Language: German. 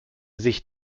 sich